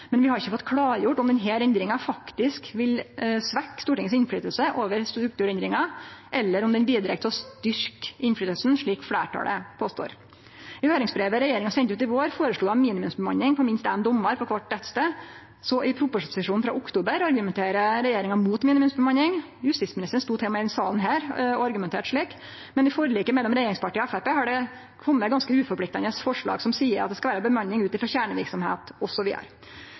men vi har ikkje fått klargjort om denne endringa faktisk vil svekkje Stortingets påverknad på strukturendringar, eller om ho bidreg til å styrkje påverknaden, slik fleirtalet påstår. I høyringsbrevet regjeringa sende ut i vår, føreslo dei ei minimumsbemanning på minst éin dommar på kvar rettsstad. Så, i proposisjonen frå oktober, argumenterer regjeringa mot ei minimumsbemanning. Justisministeren stod til og med i denne salen og argumenterte slik. Men i forliket mellom regjeringspartia og Framstegspartiet har det kome ganske uforpliktande forslag som seier at det skal vere bemanning ut